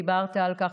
ודיברת על כך,